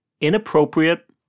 inappropriate